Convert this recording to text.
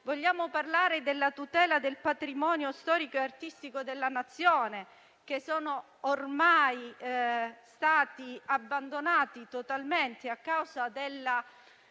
Vogliamo parlare della tutela del patrimonio storico e artistico della Nazione? È stato ormai abbandonato totalmente a causa dello